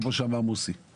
כפי שאמר מוסי,